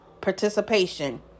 participation